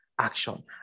action